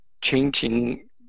changing